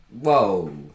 Whoa